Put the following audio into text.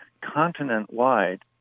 continent-wide